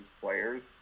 players